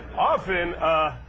often